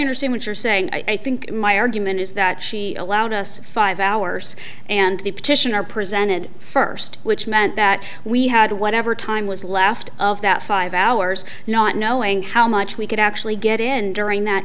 understand what you're saying i think my argument is that she allowed us five hours and the petitioner presented first which meant that we had whatever time was left of that five hours not knowing how much we could actually get in during that